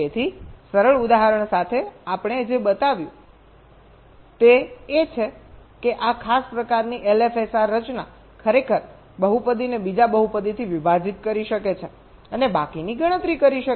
તેથી સરળ ઉદાહરણ સાથે આપણે જે બતાવ્યું છે તે એ છે કે આ ખાસ પ્રકારની LFSR રચના ખરેખર બહુપદીને બીજા બહુપદીથી વિભાજીત કરી શકે છે અને બાકીની ગણતરી કરી શકે છે